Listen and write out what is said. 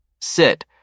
Sit